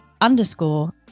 underscore